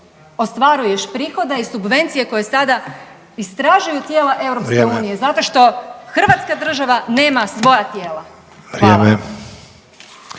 ostvaruješ prihode i subvencije koje sada istražuju tijela EU …/Upadica Sanader: Vrijeme./… zato što Hrvatska država nema svoja tijela.